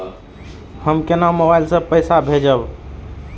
हम केना मोबाइल से पैसा भेजब?